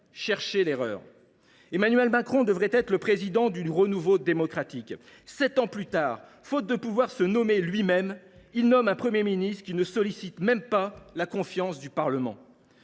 Cherchez l’erreur ! Emmanuel Macron devait être le président du renouveau démocratique. Sept ans plus tard, faute de pouvoir se nommer lui même, il nomme un Premier ministre qui ne sollicite même pas la confiance du Parlement.